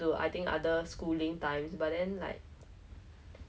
是很怕 lah 怕丢脸这样 lor so